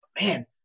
Man